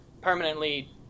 permanently